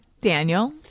Daniel